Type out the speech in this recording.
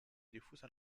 diffusa